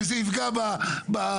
וזה יפגע במחאה.